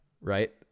right